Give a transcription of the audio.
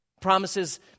Promises